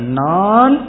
non